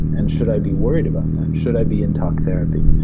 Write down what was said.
and should i be worried about that? should i be in talk therapy?